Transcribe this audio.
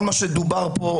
כל מה שדובר פה,